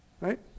Right